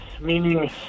Meaning